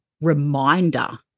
reminder